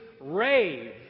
rave